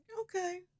Okay